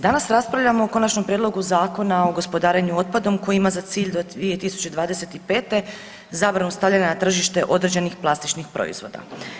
Danas raspravljamo o Konačnom prijedlogu Zakona o gospodarenju otpadom koji ima za cilj do 2025. zabranu stavljanja na tržište određenih plastičnih proizvoda.